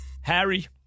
Harry